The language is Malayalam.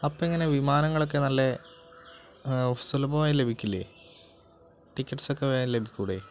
അപ്പം എങ്ങനെ വിമാനങ്ങളൊക്കെ നല്ല സുലഭമായി ലഭിക്കില്ലേ ടിക്കറ്റ്സൊക്കെ വേഗം ലഭിക്കൂലെ